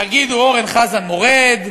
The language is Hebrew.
יגידו: אורן חזן מורד,